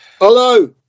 hello